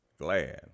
Glad